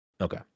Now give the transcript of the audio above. Okay